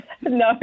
No